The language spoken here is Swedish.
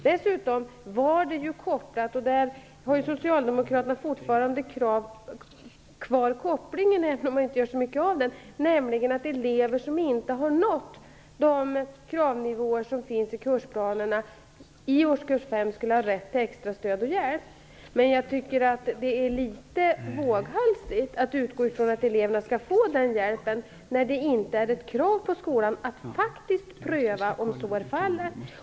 Dessutom var proven kopplade till - och socialdemokraterna har fortfarande kvar kopplingen, även om man inte gör så mycket av den - att elever som inte har nått de kravnivåer som finns i kursplanerna för årskurs 5 skulle ha rätt till extra stöd och hjälp. Men jag tycker att det är litet våghalsigt att utgå från att eleverna skall få den hjälpen när det inte är ett krav på skolan att faktiskt pröva om så är fallet.